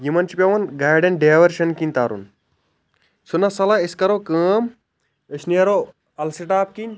یِمن چھِ پٮ۪ون گاڑٮ۪ن ڈٮ۪ورشن کِنۍ تَرُن چھُنَہ سہلا أسۍ کَرو کٲم أسۍ نیرو السِٹاپ کِنۍ